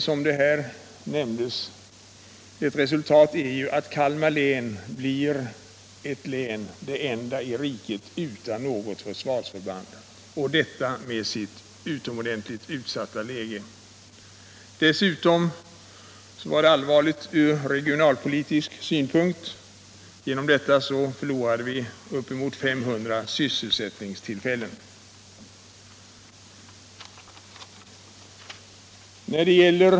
Som här har nämnts, blir resultatet att Kalmar län blir det enda länet i riket utan något försvarsförband, detta trots länets utomordentligt utsatta läge. Dessutom var det olyckligt ur regionalpolitisk synpunkt. På grund av beslutet förlorade vi uppemot 500 sysselsättningstillfällen.